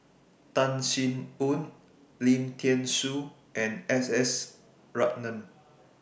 Tan Sin Aun Lim Thean Soo and S S Ratnam